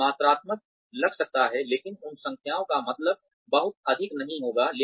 यह मात्रात्मक लग सकता है लेकिन उन संख्याओं का मतलब बहुत अधिक नहीं होगा